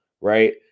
Right